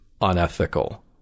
unethical